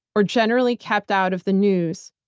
or generally kept out of the news,